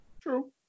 True